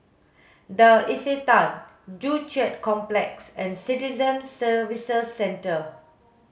the Istana Joo Chiat Complex and Citizen Services Centre